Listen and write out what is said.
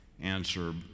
answer